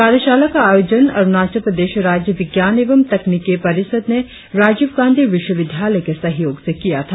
कार्यशाला का आयोजन अरुणाचल प्रदेश राज्य विज्ञान एवं तकनीकी परिषद ने राजीव गांधी विश्वविद्यालय के सहयोग से किया था